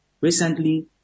Recently